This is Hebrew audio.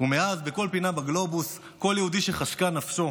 ומאז, בכל פינה בגלובוס כל יהודי שחשקה נפשו